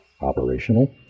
Operational